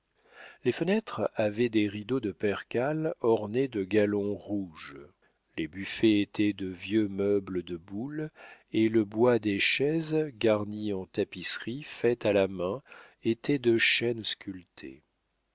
les fenêtres avaient des rideaux de percale ornés de galons rouges les buffets étaient de vieux meubles de boulle et le bois des chaises garnies en tapisserie faite à la main était de chêne sculpté